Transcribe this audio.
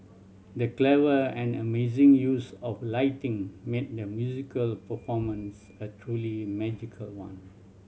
the clever and amazing use of lighting made the musical performance a truly magical one